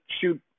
shoot